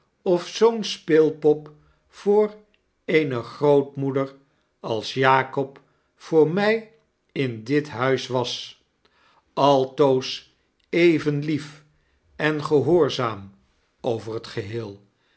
zoo'n speelpop voor eene grootmoeder als jakob voor my in dit huis was altoos even lief en gehoorzaam over het geheel